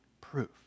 proof